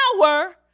power